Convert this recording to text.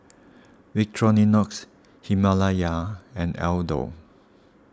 Victorinox Himalaya and Aldo